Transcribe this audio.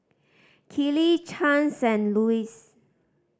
Kellee Chance and Louis